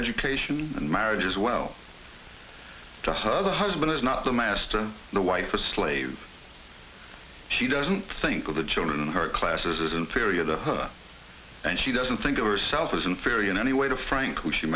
education and marriage as well to her the husband is not the master the wife or slave she doesn't think of the children in her classes is inferior the her and she doesn't think of herself as inferior in any way to